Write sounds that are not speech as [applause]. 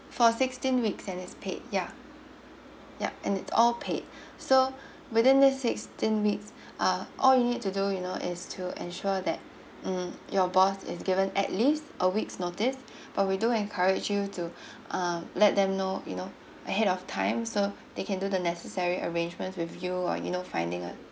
for sixteen weeks and it's paid yeah yup and it's all paid [breath] so [breath] within this sixteen weeks [breath] uh all you need to do you know is to ensure that mm your boss is given at least a week's notice [breath] but we do encourage you to [breath] uh let them know you know ahead of time so they can do the necessary arrangement with you or you know finding a